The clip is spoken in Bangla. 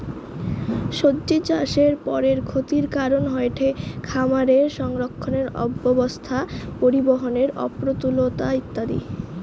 সব্জিচাষের পরের ক্ষতির কারন হয়ঠে খামারে সংরক্ষণের অব্যবস্থা, পরিবহনের অপ্রতুলতা ইত্যাদি